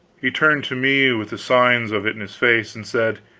he turned to me with the signs of it in his face, and said